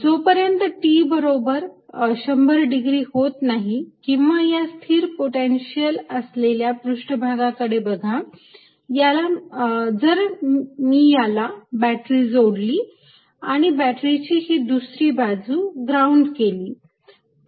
जोपर्यंत T बरोबर 100 degree होत नाही किंवा या स्थिर पोटेन्शिअल असलेल्या पृष्ठभागाकडे बघा जर मी याला बॅटरी जोडली आणि बॅटरीची ही दुसरी बाजू ग्राउंड केली